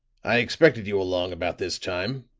i expected you along about this time,